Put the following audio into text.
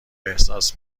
احساس